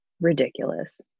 ridiculous